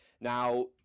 Now